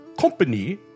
company